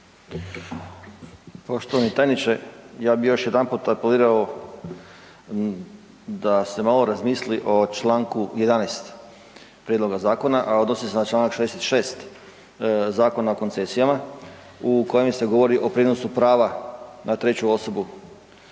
Poštovani tajniče. Ja bih još jedanput apelirao da se malo razmisli o čl. 11. prijedloga zakona, a odnosi se na čl. 6. Zakona o koncesijama u kojem se govori o prijenosu prava na treću osobu.